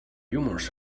rumors